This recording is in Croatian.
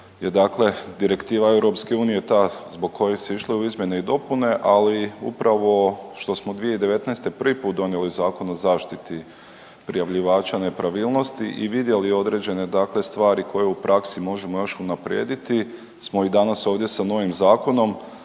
je dakle direktiva EU ta zbog koje se išlo u izmjene i dopune, ali upravo što smo 2019. prvi put donijeli Zakon o zaštiti prijavljivača nepravilnosti i vidjeli određene dakle stvari koje u praksi možemo još unaprijediti smo i danas ovdje sa novim zakonom.